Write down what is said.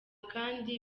kandi